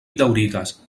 daŭrigas